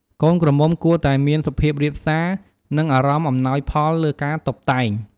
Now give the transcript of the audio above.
កូនក្រមុំគួរតែមានសុភាពរាបសារ និងអារម្មណ៍អំណោយផលលើការតុបតែង។